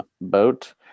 boat